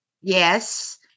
Yes